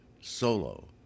solo